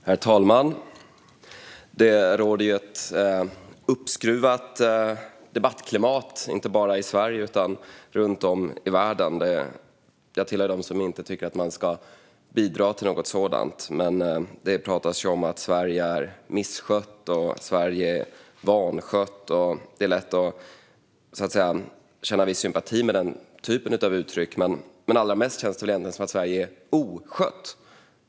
Herr talman! Det råder ett uppskruvat debattklimat inte bara i Sverige utan runt om i världen. Jag hör till dem som inte tycker att man ska bidra till något sådant. Det talas om att Sverige är misskött och vanskött. Det är lätt att känna viss sympati för den typen av uttryck. Men allra mest känns det som att Sverige är oskött.